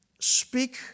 speak